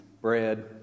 bread